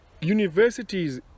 universities